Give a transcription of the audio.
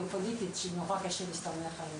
21 ביוני 2022 השעה 13:30 נקיים את הדיון בערך עד השעה